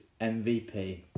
MVP